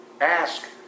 Ask